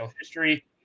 history